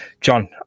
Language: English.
John